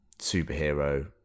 superhero